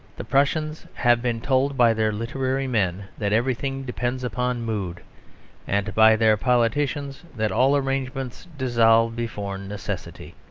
the prussians have been told by their literary men that everything depends upon mood and by their politicians that all arrangements dissolve before necessity.